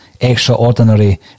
extraordinary